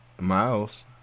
Miles